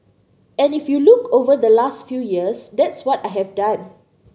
and if you look over the last few years that's what I have done